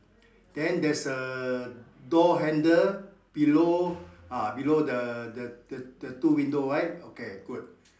then there's a door handle below ah below the the the two window right okay good